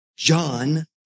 John